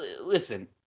listen